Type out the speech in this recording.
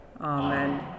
Amen